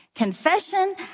Confession